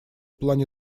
плане